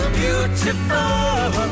beautiful